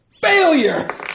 Failure